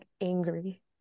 angry